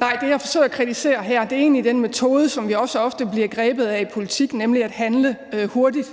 Nej, det, jeg forsøger at kritisere her, er egentlig den metode, som vi også ofte bliver grebet af i politik, nemlig at handle hurtigt